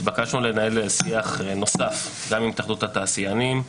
התבקשנו לנהל שיח נוסף גם עם התאחדות התעשיינים,